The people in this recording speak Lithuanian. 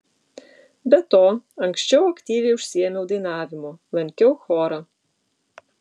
be to anksčiau aktyviai užsiėmiau dainavimu lankiau chorą